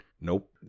Nope